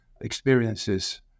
experiences